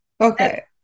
Okay